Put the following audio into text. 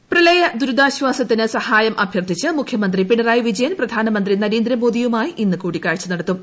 CM Delhi പ്രളയ ദൂരിതാശ്വാസത്തിന് സഹായം അഭ്യർത്ഥിച്ച് മുഖ്യമന്ത്രി പിണറായി വിജയൻ പ്രധാനമന്ത്രി നരേന്ദ്രമോദിയുമായി ഇന്ന് കൂടിക്കാഴ്ച നടത്തും